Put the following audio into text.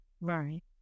Right